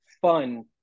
fun